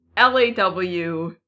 LAW